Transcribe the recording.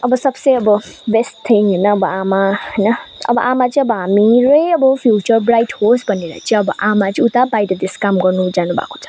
अब सबसे अब बेस्ट थिङ होइन अब आमा होइन अब आमा चाहिँ अब हाम्रै फ्युचर ब्राइट होस् भनेर चाहिँ अब आमा चाहिँ उता बाहिर देश काम गर्नु जानुभएको छ